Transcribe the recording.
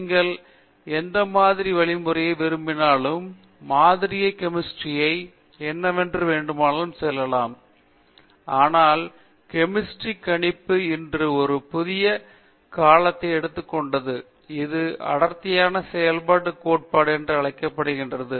நீங்கள் எந்த மாதிரி வழிமுறையை விரும்பினாலும் மாதிரியான கெமிஸ்ட்ரி என்னவென்று வேண்டுமானாலும் செய்யலாம் ஆனால் கெமிஸ்ட்ரி கணிப்பு இன்று ஒரு புதிய காலத்தை எடுத்துக் கொண்டது இது அடர்த்தியான செயல்பாட்டு கோட்பாடு என்று அழைக்கப்படுகிறது